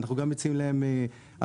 אנחנו גם מציעים להם הצעות